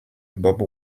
bob